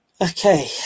Okay